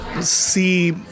see